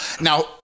Now